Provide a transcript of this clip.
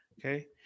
okay